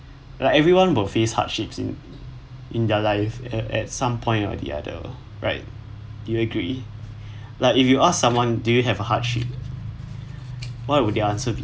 like everyone will face hardships in in their life at some point or the other right do you agree like if you ask someone do you have a hardship what would their answer be